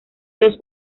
dos